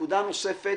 נקודה נוספת.